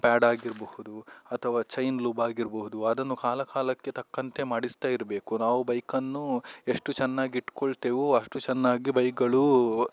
pad ಆಗಿರಬಹುದು ಅಥವಾ chain lube ಆಗಿರಬಹುದು ಅದನ್ನು ಕಾಲ ಕಾಲಕ್ಕೆ ತಕ್ಕಂತೆ ಮಾಡಿಸ್ತಾ ಇರಬೇಕು ನಾವು ಬೈಕನ್ನು ಎಷ್ಟು ಚೆನ್ನಾಗಿಟ್ಟುಕೊಳ್ತೇವೋ ಅಷ್ಟು ಚೆನ್ನಾಗಿ ಬೈಕ್ಗಳೂ